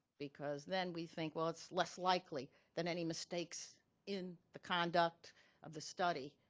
because then we think, well, it's less likely that any mistakes in the conduct of the study